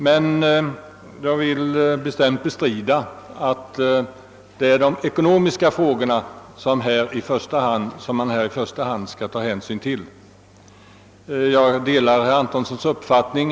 Men jag vill bestämt bestrida att man i detta fall i första hand bör ta hänsyn till de ekonomiska frågorna. Jag delar härvidlag herr Antonssons uppfattning.